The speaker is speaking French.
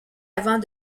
avant